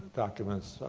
documents,